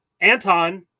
Anton